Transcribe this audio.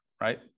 right